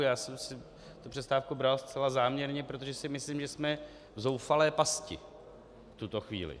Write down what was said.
Já jsem si tu přestávku bral zcela záměrně, protože si myslím, že jsme v zoufalé pasti v tuto chvíli.